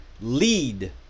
lead